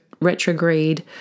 retrograde